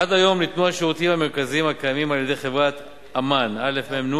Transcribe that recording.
עד היום ניתנו השירותים במרכזים הקיימים על-ידי חברת "אמן בע"מ",